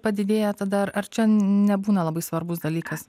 padidėja tada ar čia nebūna labai svarbus dalykas